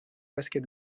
basket